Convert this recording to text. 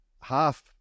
Half